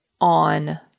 on